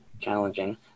challenging